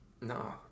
No